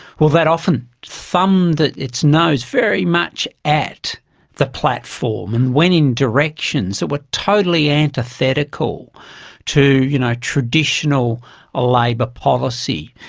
well, that often thumbed its nose very much at the platform and went in directions that were totally antithetical to you know traditional ah labor policy.